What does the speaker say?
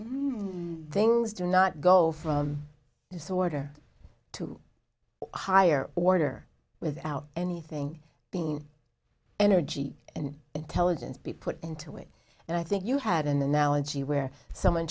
entropy things do not go from disorder to higher order without anything being energy and intelligence be put into it and i think you had an analogy where someone